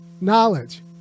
Knowledge